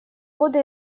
годы